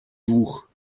двух